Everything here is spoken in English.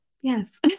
yes